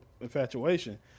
infatuation